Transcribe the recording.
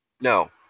No